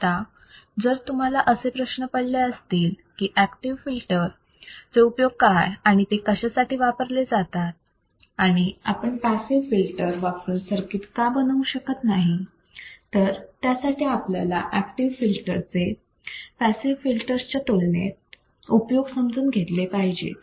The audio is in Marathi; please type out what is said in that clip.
आता जर तुम्हाला असे प्रश्न पडले असतील की ऍक्टिव्ह फिल्टर चे उपयोग काय आणि ते कशासाठी वापरले जातात आणि आपण पॅसिव्ह फिल्टर वापरून सर्किट का बनवू शकत नाही तर त्यासाठी आपल्याला ऍक्टिव्ह फिल्टर चे पॅसिव्ह फिल्टर्स च्या तुलनेत उपयोग समजून घेतले पाहिजेत